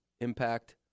Impact